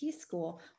school